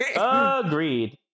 Agreed